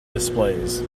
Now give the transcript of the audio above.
displays